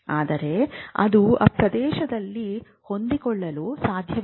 ಆದರೆ ಅದು ಪ್ರದೇಶದಲ್ಲಿ ಹೊಂದಿಕೊಳ್ಳಲು ಸಾಧ್ಯವಿಲ್ಲ